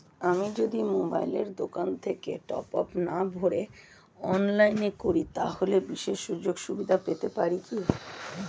আমি যদি মোবাইলের দোকান থেকে টপআপ না ভরে অনলাইনে করি তাহলে বিশেষ সুযোগসুবিধা পেতে পারি কি?